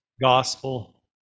gospel